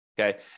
Okay